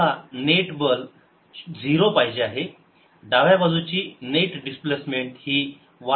मला नेट बल 0 पाहिजे आहे डाव्या बाजूची नेट डिस्प्लेसमेंट ही yI अधिक yr